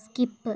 skip